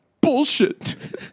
bullshit